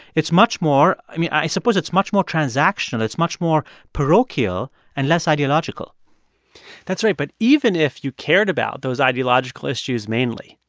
it's much more i mean, i suppose it's much more transactional. it's much more parochial and less ideological that's right. but even if you cared about those ideological issues mainly,